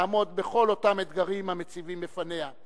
לעמוד בכל אותם אתגרים שמציבים בפניה.